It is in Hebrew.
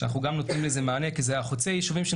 אנחנו גם נותנים לזה מענה כי חוצי היישובים הם